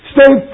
Stay